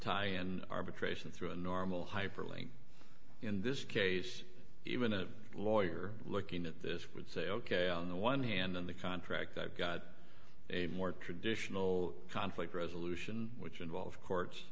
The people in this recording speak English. tie in arbitration through a normal hyperlink in this case even a lawyer looking at this would say ok on the one hand on the contract i've got a more traditional conflict resolution which involve courts